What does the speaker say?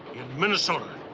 minnesota.